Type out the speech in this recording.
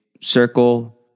circle